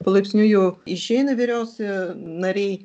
palaipsniui jau išeina vyriausi nariai